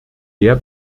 der